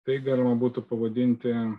tai galima būtų pavadinti